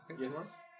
Yes